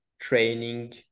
training